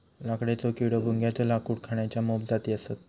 लाकडेचो किडो, भुंग्याच्या लाकूड खाण्याच्या मोप जाती हत